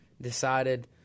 decided